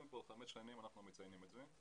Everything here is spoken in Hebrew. כבר חמש שנים אנחנו מציינים את היום הזה.